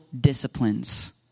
disciplines